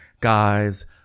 guys